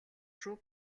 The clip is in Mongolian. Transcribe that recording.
шүү